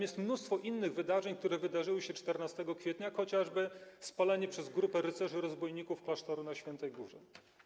Jest mnóstwo innych wydarzeń, które miały miejsce 14 kwietnia, chociażby spalenie przez grupę rycerzy rozbójników klasztoru na Świętej Górze.